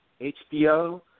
HBO